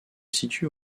situe